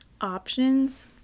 Options